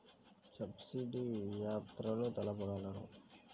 Subsidy యంత్రాలు తెలుపగలరు?